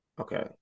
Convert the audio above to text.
Okay